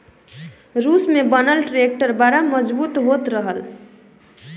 रूस में बनल ट्रैक्टर बड़ा मजबूत होत रहल